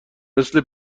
مثل